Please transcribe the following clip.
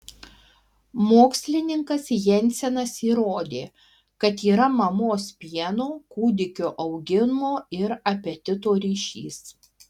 mokslininkas jensenas įrodė kad yra mamos pieno kūdikio augimo ir apetito ryšys